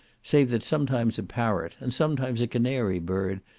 save that sometimes a parrot, and sometimes a canary bird,